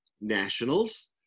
nationals